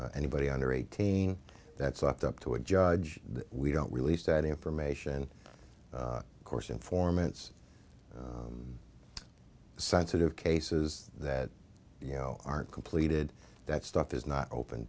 anybody under eighteen that's up to a judge we don't release that information of course informants sensitive cases that you know aren't completed that stuff is not open